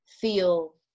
feel